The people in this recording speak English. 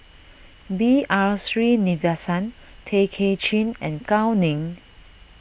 B R Sreenivasan Tay Kay Chin and Gao Ning